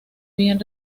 bien